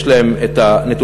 יש להם נתונים,